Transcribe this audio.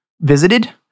visited